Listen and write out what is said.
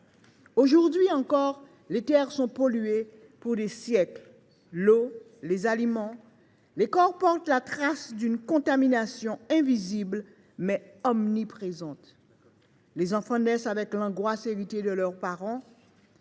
Aujourd’hui encore, les terres sont polluées pour des siècles. L’eau, les aliments, les corps portent la trace d’une contamination invisible, mais omniprésente. Les enfants naissent avec l’angoisse héritée de leurs parents.